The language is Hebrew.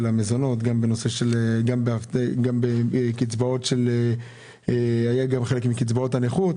המזונות והיה גם חלק בקצבאות הנכות.